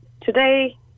today